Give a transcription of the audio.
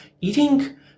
eating